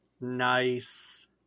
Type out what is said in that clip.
Nice